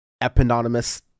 eponymous